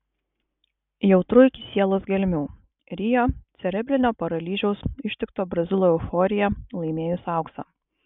jautru iki sielos gelmių rio cerebrinio paralyžiaus ištikto brazilo euforija laimėjus auksą